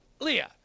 Leah